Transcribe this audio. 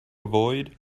avoid